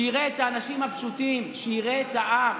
שיראה את האנשים הפשוטים, שיראה את העם.